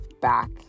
back